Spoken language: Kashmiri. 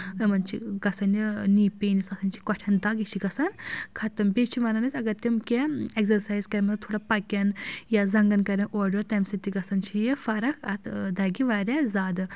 یِمن چھِ گژھان یہِ نی پین یُس آسان چھِ کۄٹھؠن دگ یہِ چھِ گژھان ختم بیٚیہِ چھِ وَنان أسۍ اگر تِم کینٛہہ ایٚگزرسایز کران منٛز تھوڑا پَکان یا زنٛگن کران اورٕ یور تَمہِ سۭتۍ تہِ گژھان چھِ یہِ فرق اَتھ دگہِ واریاہ زیادٕ